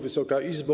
Wysoka Izbo!